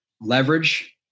leverage